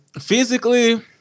physically